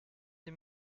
des